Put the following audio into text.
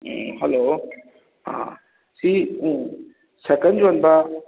hello ꯁꯤ cycle ꯌꯣꯟꯕ